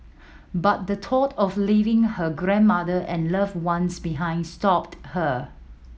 but the thought of leaving her grandmother and loved ones behind stopped her